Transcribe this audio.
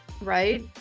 right